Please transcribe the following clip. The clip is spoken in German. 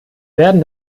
werden